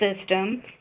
system